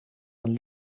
een